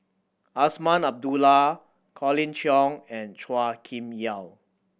Azman Abdullah Colin Cheong and Chua Kim Yeow